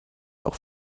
auch